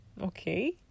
okay